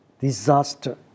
disaster